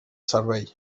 cervell